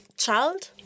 Child